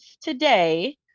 today